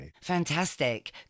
Fantastic